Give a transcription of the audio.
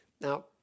Now